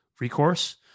recourse